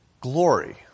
Glory